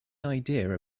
idea